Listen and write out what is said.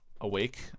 awake